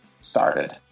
started